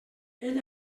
ell